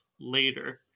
later